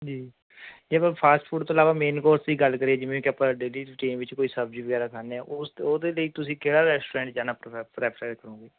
ਜੀ ਜੇ ਕੋਈ ਫਾਸਟ ਫੂਡ ਤੋਂ ਇਲਾਵਾ ਮੈਨ ਕੋਰਸ ਦੀ ਗੱਲ ਕਰੀਏ ਜਿਵੇਂ ਕੇ ਆਪਾਂ ਡੇਲੀ ਰੁਟੀਨ ਵਿਚ ਕੋਈ ਸਬਜ਼ੀ ਵੈਗੈਰਾ ਖਾਂਦੇ ਹਾਂ ਉਸ ਉਹਦੇ ਲਈ ਤੁਸੀਂ ਕਿਹੜਾ ਰੈਸਟੋਰੈਂਟ ਜਾਣਾ ਪ੍ਰੋਫੈ ਪ੍ਰੈਫਰ ਕਰੋਗੇ